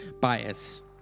bias